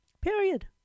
Period